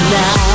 now